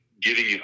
Giving